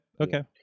okay